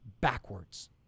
backwards